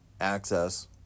access